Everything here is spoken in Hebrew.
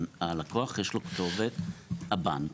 יש לו כתובת, הבנק.